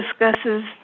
discusses